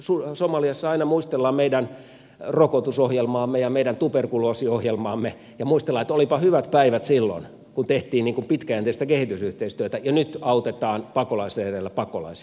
esimerkiksi somaliassa aina muistellaan meidän rokotusohjelmaamme ja meidän tuberkuloosiohjelmaamme ja muistellaan että olipa hyvät päivät silloin kun tehtiin pitkäjänteistä kehitysyhteistyötä ja nyt autetaan pakolaisleireillä pakolaisia